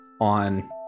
on